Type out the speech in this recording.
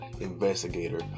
investigator